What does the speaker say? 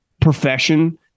profession